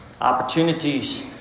opportunities